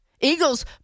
Eagles